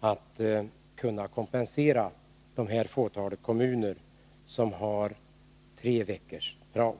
att kompensera detta fåtal kommuner som har tre veckors prao.